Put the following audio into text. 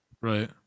Right